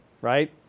Right